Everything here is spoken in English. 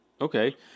Okay